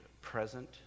present